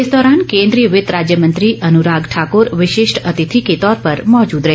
इस दौरान केंद्रीय वित्त राज्यमंत्री अनुराग ठाकूर विशिष्ट अतिथि के तौर पर मौजूद रहे